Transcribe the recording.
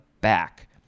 back